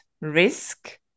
risk